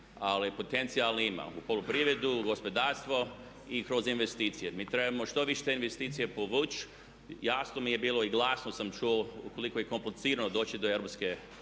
ali potencijala ima u poljoprivredi, u gospodarstvu, i kroz investicije. Mi trebamo što više investicija povući. Jasno mi je bilo i glasno sam čuo koliko je komplicirano doći do Europskih